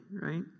Right